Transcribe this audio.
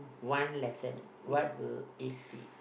one lesson what will it be